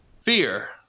fear